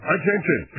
Attention